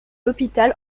l’hôpital